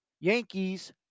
Yankees